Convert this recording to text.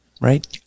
Right